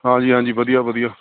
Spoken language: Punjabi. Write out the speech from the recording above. ਹਾਂ ਜੀ ਹਾਂ ਜੀ ਵਧੀਆ ਵਧੀਆ